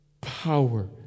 power